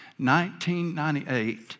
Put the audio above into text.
1998